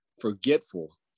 forgetful